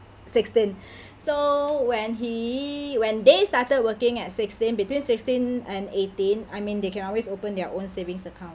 sixteen so when he when they started working at sixteen between sixteen and eighteen I mean they can always open their own savings account